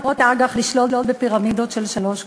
אג"ח לשלוט בפירמידות של שלוש קומות.